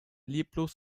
leblos